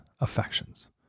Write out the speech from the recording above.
affections